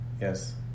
Yes